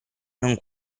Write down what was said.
non